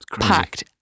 packed